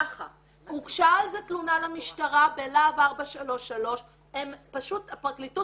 הוגשה על זה תלונה במשטרה בלה"ב 433. הפרקליטות